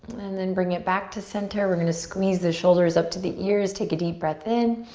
and then bring it back to center. we're gonna squeeze the shoulders up to the ears, take a deep breath in.